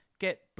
get